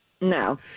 no